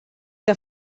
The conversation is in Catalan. que